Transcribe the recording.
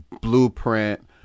blueprint